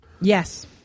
Yes